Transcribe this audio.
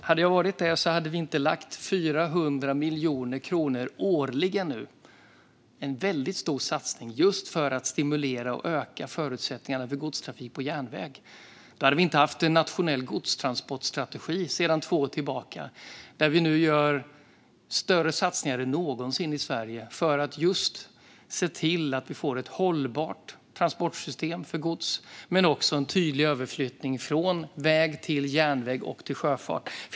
Om jag hade varit det hade vi definitivt inte lagt 400 miljoner kronor årligen nu på den väldigt stora satsningen för att stimulera och öka förutsättningarna för godstrafik på järnväg. Då hade vi heller inte haft en nationell godstransportstrategi sedan två år tillbaka. Vi gör nu större satsningar än någonsin i Sverige för att se till att vi får ett hållbart transportsystem för gods men också en tydlig överflyttning från väg till järnväg och sjöfart.